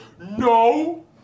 no